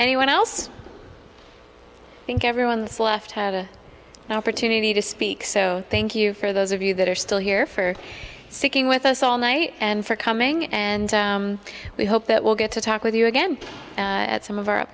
anyone else think everyone's left have an opportunity to speak so thank you for those of you that are still here for seeking with us all night and for coming and we hope that we'll get to talk with you again at some of our